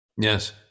Yes